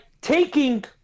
taking